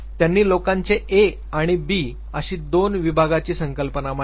त्यांनी लोकांचे A आणि B अशी दोन विभागाची संकल्पना मांडली